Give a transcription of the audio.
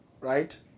Right